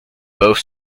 both